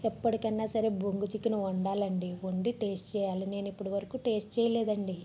ఎప్పటికైనా సరే బొంగు చికెన్ వండాలండి వండి టేస్ట్ చేయాలి నేను ఇప్పుడు వరకు టేస్ట్ చేయలేదండి